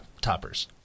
toppers